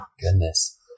Goodness